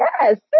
yes